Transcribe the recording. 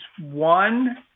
one